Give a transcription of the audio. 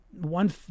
one